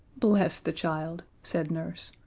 bless the child, said nurse.